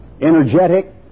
energetic